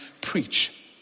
preach